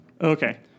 Okay